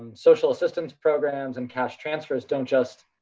social assistance programs and cash transfers, don't just